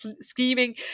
scheming